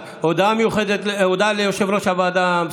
האוכלוסיות המוחלשות ושלום צודק בין שני העמים,